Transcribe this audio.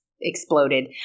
exploded